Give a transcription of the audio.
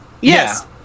Yes